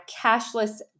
cashless